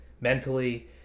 mentally